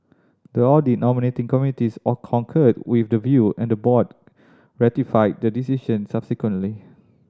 the audit nominating committees concurred with the view and the board ratified this decision subsequently